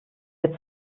wir